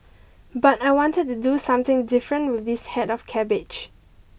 but I wanted to do something different with this head of cabbage